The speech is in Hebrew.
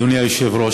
אדוני היושב-ראש,